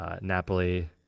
Napoli